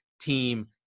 team